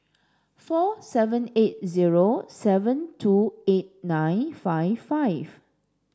four seven eight zero seven two eight nine five five